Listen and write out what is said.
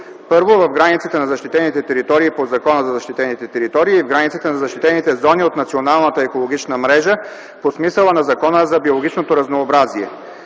1. в границите на защитените територии по Закона за защитените територии и в границите на защитените зони от Националната екологична мрежа по смисъла на Закона за биологичното разнообразие;